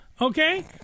Okay